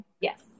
Yes